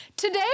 Today